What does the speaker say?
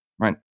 right